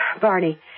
Barney